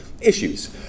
issues